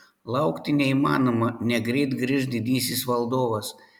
laukti neįmanoma negreit grįš didysis valdovas